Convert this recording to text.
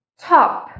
top